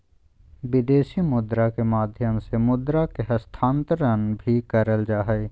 विदेशी मुद्रा के माध्यम से मुद्रा के हस्तांतरण भी करल जा हय